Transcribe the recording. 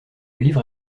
livre